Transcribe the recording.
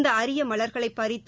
இந்த அரிய மலர்களை பறித்து